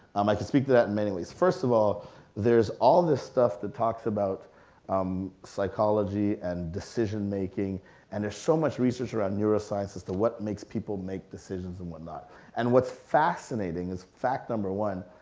um i can speak to that in many ways. first of all there's all this stuff that talks about um psychology and decision making and there's so much research around neuroscience as to what makes people make decisions and what not and what's fascinating is fact number one,